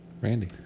Randy